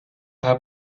haar